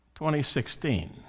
2016